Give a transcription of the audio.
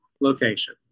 Location